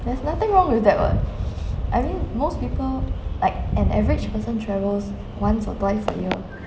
there's nothing wrong with that what I mean most people like an average person travels once or twice a year